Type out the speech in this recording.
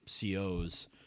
COs